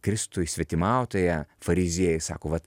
kristui svetimautoją fariziejai sako vat